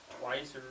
twice